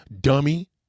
dummy